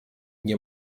nie